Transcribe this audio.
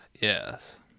Yes